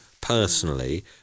personally